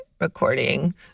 recording